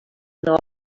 una